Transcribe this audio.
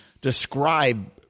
describe